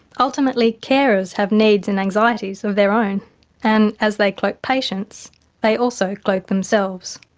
ultimately carers have needs and anxieties of their own and, as they cloak patients they also cloak themselves.